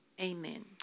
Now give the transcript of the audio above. Amen